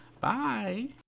Bye